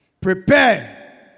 Prepare